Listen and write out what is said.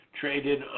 traded